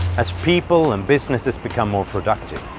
as people and businesses become more productive.